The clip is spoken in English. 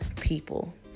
people